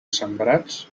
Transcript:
sembrats